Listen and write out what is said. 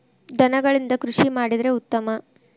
ದನಗಳಿಂದ ಕೃಷಿ ಮಾಡಿದ್ರೆ ಉತ್ತಮ